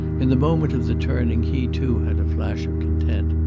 in the moment of the turning he too had a flash of content.